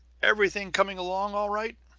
everything coming along all right?